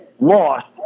lost